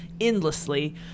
endlessly